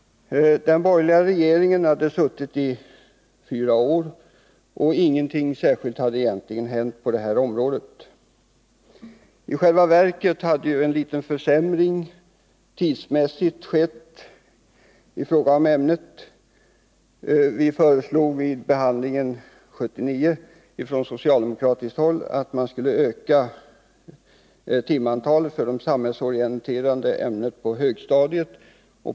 Borgerliga regeringar hade suttit i fyra år, och ingenting särskilt hade egentligen hänt på detta område. I själva verket hade ju en liten tidsmässig försämring skett i fråga om ämnet. I behandlingen 1979 föreslog vi från socialdemokratiskt håll att man skulle öka timantalet för de samhällsorienterande ämnena på högstadiet.